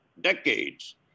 decades